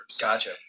Gotcha